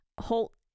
Holt